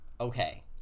Okay